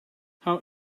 how